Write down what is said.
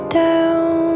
down